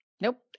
Nope